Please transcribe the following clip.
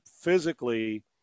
physically